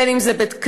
בין אם זה בית-כנסת,